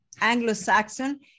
anglo-saxon